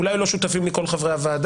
אולי לא שותפים לי כל חברי הוועדה.